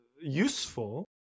useful